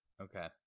Okay